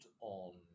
on